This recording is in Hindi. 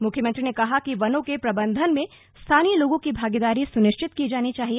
मुख्यमंत्री ने कहा कि वनों के प्रबंधन में स्थानीय लोगों की भागीदारी सुनिश्चित की जानी चाहिए